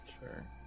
Sure